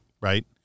right